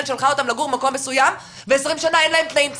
שלחה אותם לגור במקום מסוים ועשרים שנה אין להם תנאים בסיסיים.